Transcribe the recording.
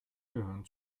gehören